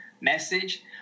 message